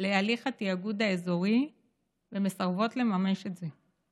להליך התיאגוד האזורי ומסרבות לממש את זה.